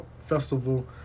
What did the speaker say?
festival